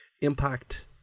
Impact